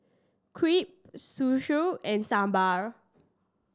Crepe Zosui and Sambar